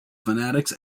fanatics